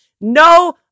No